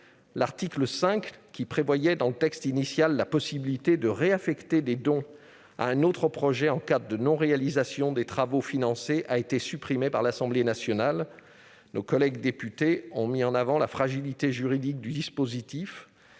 L'article 5, qui offrait dans le texte initial la possibilité de réaffecter des dons à un autre projet en cas de non-réalisation des travaux financés, a été supprimé par l'Assemblée nationale ; nos collègues députés ont mis en avant la fragilité juridique du dispositif.